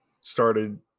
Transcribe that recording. started